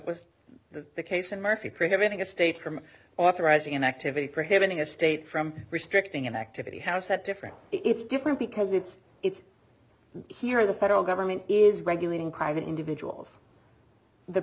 was the case in murphy preventing a state from authorizing an activity prohibiting a state from restricting an activity how is that different it's different because it's it's here the federal government is regulating private individuals the